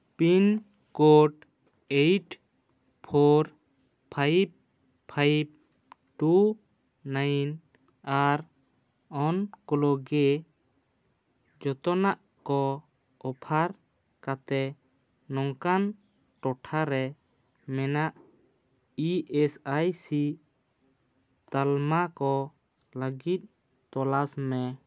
pin code eight four five five two nine ᱟᱨ ᱚᱱᱠᱳᱞᱚᱡᱮ ᱡᱚᱛᱱᱟᱜ ᱠᱚ ᱚᱯᱷᱟᱨ ᱠᱟᱛᱮ ᱱᱚᱝᱠᱟᱱ ᱴᱚᱴᱷᱟᱨᱮ ᱢᱮᱱᱟᱜ ᱤ ᱮᱥ ᱟᱭ ᱥᱤ ᱛᱟᱞᱢᱟ ᱠᱚ ᱞᱟᱹᱜᱤᱫ ᱛᱚᱞᱟᱥ ᱢᱮ